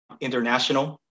international